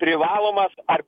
privalomas ar